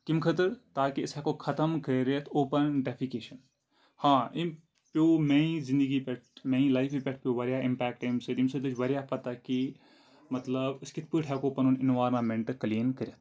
کمہِ خٲطٕر تاکہ أسۍ ہٮ۪کو ختم کٔرِتھ اوٚپَن ڈٮ۪فِکیشَن ہاں أمۍ پیٚو میانہِ زندگی پٮ۪ٹھ میٛانہِ لایفہِ پٮ۪ٹھ پیٚو واریاہ اِمپیکٹ اَمہِ سۭتۍ اَمہِ سۭتۍ لٔج واریاہ پَتہ کہ مطلب أسۍ کِتھ پٲٹھۍ ہٮ۪کو پَنُن اٮ۪نورامَنٛٹ کٕلیٖن کٔرِتھ